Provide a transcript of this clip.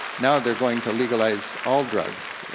now they're going to legalize all drugs,